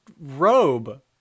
robe